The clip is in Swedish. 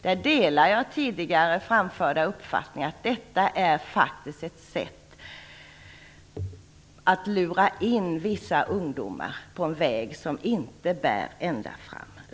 Jag delar tidigare framförda uppfattning att detta faktiskt är ett sätt att lura in vissa ungdomar på en väg som inte bär ända fram.